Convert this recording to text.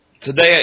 today